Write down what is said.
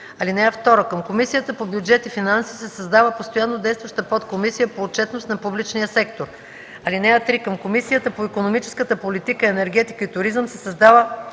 групи. (2) Към Комисията по бюджет и финанси се създава постоянно действаща подкомисия по отчетност на публичния сектор. (3) Към Комисията по икономическата политика, енергетика и туризъм се създава